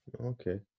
okay